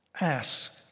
Ask